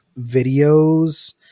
videos